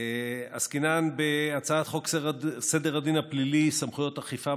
עסקינן בהצעת חוק סדר הדין הפלילי (סמכויות אכיפה,